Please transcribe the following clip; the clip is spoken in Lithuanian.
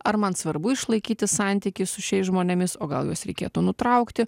ar man svarbu išlaikyti santykį su šiais žmonėmis o gal juos reikėtų nutraukti